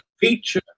feature